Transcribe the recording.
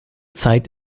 zeit